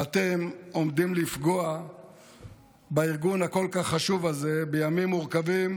ואתם עומדים לפגוע בארגון הכל-כך חשוב הזה בימים מורכבים